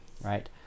right